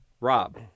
Rob